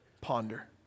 Ponder